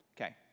Okay